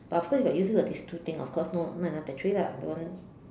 but of course if I use it for these two thing of course no not enough battery lah that one